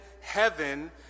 heaven